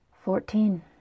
Fourteen